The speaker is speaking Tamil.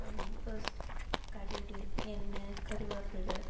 ஃபஸ்ட் கடுகு எண்ணெய் கருவேப்பிலை